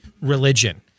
religion